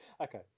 Okay